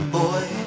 boy